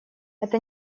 это